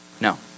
No